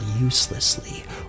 uselessly